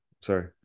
Sorry